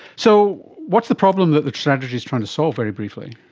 so what's the problem that the strategy is trying to solve, very briefly?